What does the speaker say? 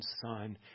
son